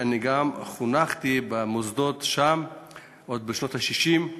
חונכתי במוסדות שם עוד בשנות ה-60,